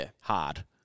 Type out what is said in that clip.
hard